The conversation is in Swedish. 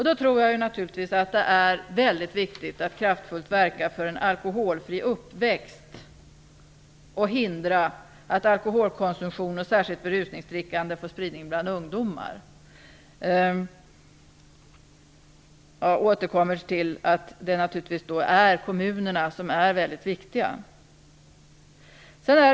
Då är det naturligtvis viktigt att kraftfullt verka för en alkoholfri uppväxt och hindra att alkoholkonsumtionen, särskilt berusningsdrickande, får spridning bland ungdomar. Naturligtvis är kommunerna väldigt viktiga i detta sammanhang.